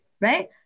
right